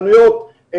חנויות,